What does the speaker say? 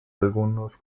algunos